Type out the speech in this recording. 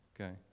Okay